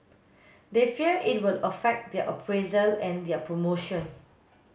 they fear it will affect their appraisal and their promotion